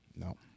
No